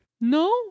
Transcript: No